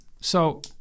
So-